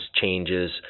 changes